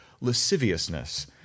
lasciviousness